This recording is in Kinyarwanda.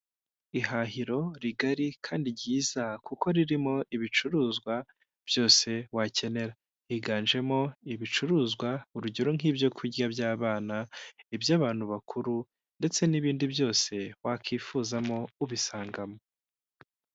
Ihahiro rigari kandi ryiza kuko ririmo ibicuruzwa byose wakenera, higanjemo ibicuruzwa urugero nk'ibyokurya by'abana, iby'abantu bakuru, ndetse n'ibindi byose wakwifuzamo ubisangamo.